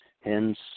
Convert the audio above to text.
hence